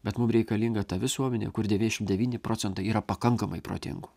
bet mum reikalinga ta visuomenė kur devyniašim devyni procentai yra pakankamai protingų